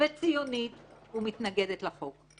וציונית ומתנגדת לחוק.